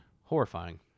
horrifying